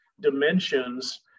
dimensions